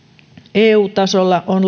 eu tasolla on